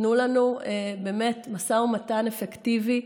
תנו לנו באמת משא ומתן אפקטיבי,